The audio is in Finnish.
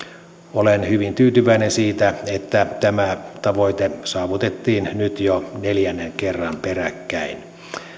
olen hyvin tyytyväinen siitä että tämä tavoite saavutettiin nyt jo neljännen kerran peräkkäin